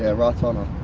ah right honour.